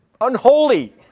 unholy